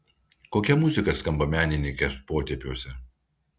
kokia muzika skamba menininkės potėpiuose